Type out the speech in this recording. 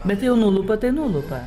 bet jau nulupa tai nulupa